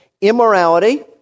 immorality